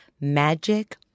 Magic